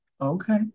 okay